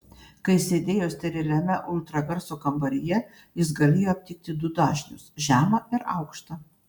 kai sėdėjo steriliame ultragarso kambaryje jis galėjo aptikti du dažnius žemą ir aukštą